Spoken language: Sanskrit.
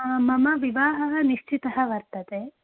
मम विवाहः निश्चितः वर्तते